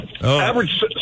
Average